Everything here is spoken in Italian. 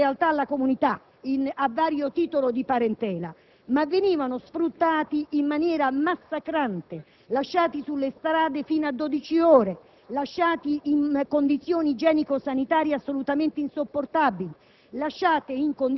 appartenenti in realtà alla comunità rom, a vario titolo di parentela, sfruttati in maniera massacrante, lasciati sulle strade fino a dodici ore, in condizioni igienico-sanitarie assolutamente insopportabili